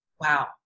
Wow